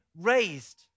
raised